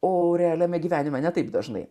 o realiame gyvenime ne taip dažnai